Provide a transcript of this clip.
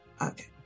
Okay